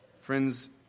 Friends